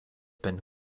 been